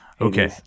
Okay